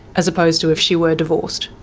as opposed to if she were divorced?